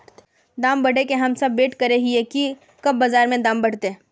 दाम बढ़े के हम सब वैट करे हिये की कब बाजार में दाम बढ़ते?